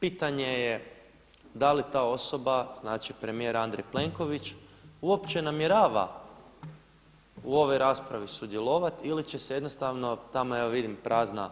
Pitanje je da li ta osoba znači premijer Andrej Plenković uopće namjera u ovoj raspravi sudjelovati ili će se jednostavno tamo evo vidim prazna